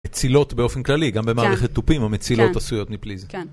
מצילות באופן כללי, גם במערכת תופים, המצילות עשויות מפליז...